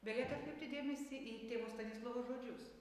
belieka atkreipti dėmesį į tėvo stanislovo žodžius